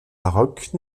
laroque